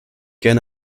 gern